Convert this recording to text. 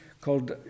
called